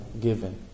given